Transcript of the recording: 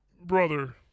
Brother